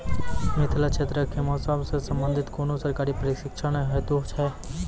मिथिला क्षेत्रक कि मौसम से संबंधित कुनू सरकारी प्रशिक्षण हेतु छै?